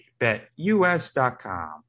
BetUS.com